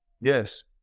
Yes